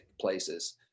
places